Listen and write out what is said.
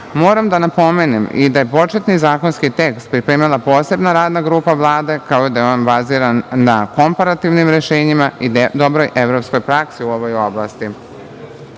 da napomenem i da je početni zakonski tekst pripremila posebna radna grupa Vlade, kao i da je on baziran na komparativnim rešenjima i dobroj evropskoj praksi u ovoj oblasti.U